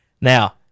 Now